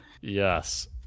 Yes